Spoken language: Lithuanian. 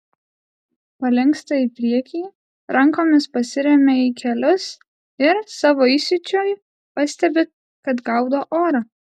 palinksta į priekį rankomis pasiremia į kelius ir savo įsiūčiui pastebi kad gaudo orą